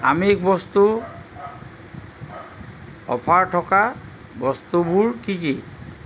আমিষ বস্তু অফাৰ থকা বস্তুবোৰ কি কি